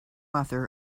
author